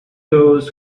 those